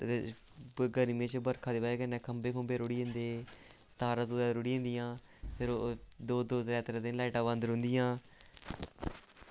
ते गरमी बिच्च बरखा दी बजह कन्नै खंभे खुंभे रूढ़ी जंदे तारां तुरां रूढ़ी जंदियां फिर दौ दौ त्रै त्रै दिन लाईटां बंद रौंह्दियां